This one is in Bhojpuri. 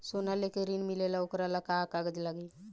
सोना लेके ऋण मिलेला वोकरा ला का कागज लागी?